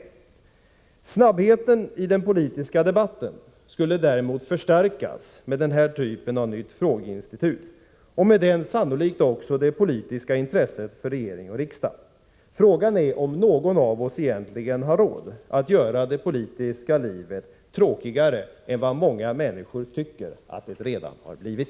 Snabbheten i den politiska debatten skulle däremot förstärkas med den här typen av frågeinstitut och därmed också sannolikt det politiska intresset för regering och riksdag. Frågan är om någon av oss egentligen har råd med att göra det politiska livet tråkigare än vad många människor tycker att det redan har blivit.